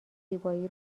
زیبایی